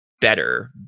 better